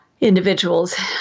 Individuals